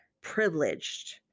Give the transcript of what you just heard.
privileged